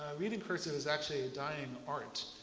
reading cursive is actually a dying art.